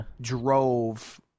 drove